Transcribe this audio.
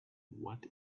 what